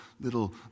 little